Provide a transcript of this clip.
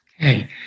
Okay